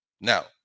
now